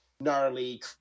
gnarly